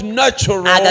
natural